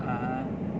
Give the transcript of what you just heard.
(uh huh)